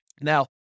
Now